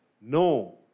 no